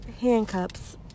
handcuffs